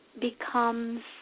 becomes